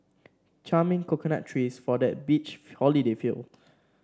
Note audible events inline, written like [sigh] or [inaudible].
charming coconut trees for that beach [unintelligible] holiday feel